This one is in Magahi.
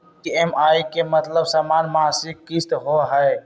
ई.एम.आई के मतलब समान मासिक किस्त होहई?